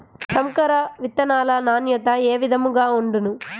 సంకర విత్తనాల నాణ్యత ఏ విధముగా ఉండును?